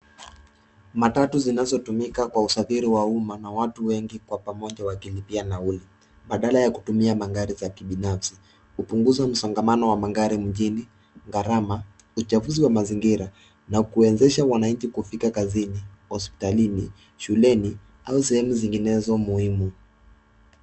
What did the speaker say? Matatu zinzotumika kwa usafira wa umma na watu wengi kwa pomaja akilipia nauli badala kutumia magari za kibinafsi. Uponguzo wa mzongamano wa magari mjini, gharama, Uchafuzi wa mazingira na kuwezesha kazi, hospitalini, shuleni au sehemu zinginezo muhimu.